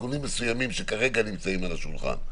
תיקונים מסוימים שכרגע נמצאים על השולחן,